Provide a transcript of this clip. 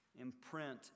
Imprint